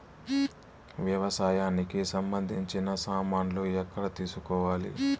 వ్యవసాయానికి సంబంధించిన సామాన్లు ఎక్కడ తీసుకోవాలి?